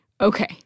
Okay